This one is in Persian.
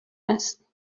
است